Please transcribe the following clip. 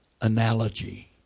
analogy